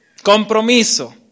Compromiso